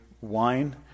wine